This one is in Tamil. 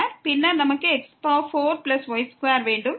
பின்னர் நமக்கு x4y2 வேண்டும்